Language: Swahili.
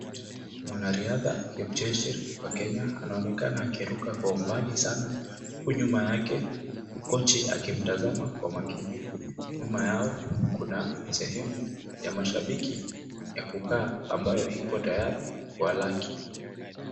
Mwanariadha Kipchirchir wa Kenya, anaonekana akiruka mbali sana, huku nyuma yake kochi akimtazama kwa makini. Nyuma yao kuna sehemu ya mashabiki ya kukaa ambayo ipo tayari kuwalaki.